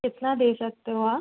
कितना दे सकते हो आप